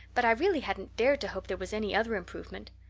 but i really hadn't dared to hope there was any other improvement.